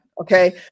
okay